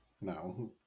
No